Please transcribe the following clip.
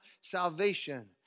salvation